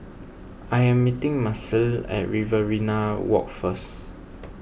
I am meeting Marcelle at Riverina Walk first